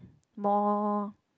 more